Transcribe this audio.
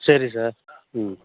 சரி சார் ம்